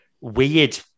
weird